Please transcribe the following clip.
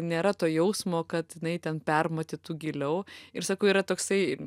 nėra to jausmo kad jinai ten permatytų giliau ir sakau yra toksai